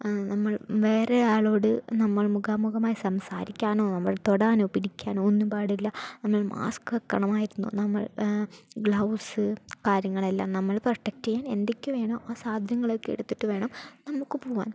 നമ്മൾ വേറെ ആളോട് നമ്മൾ മുഖാമുഖമായി സംസാരിക്കാനോ നമ്മൾ തൊടാനോ പിടിക്കാനോ ഒന്നും പാടില്ല നമ്മൾ മാസ്ക്ക് വയ്ക്കണമായിരുന്നു നമ്മൾ ഗ്ലൌസ് കാര്യങ്ങളെല്ലാം നമ്മൾ പ്രൊട്ടക്ട് ചെയ്യാൻ എന്തൊക്കെ വേണോ ആ സാധനങ്ങളൊക്കെ എടുത്തിട്ട് വേണം നമുക്ക് പോകാൻ